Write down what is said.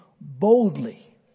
boldly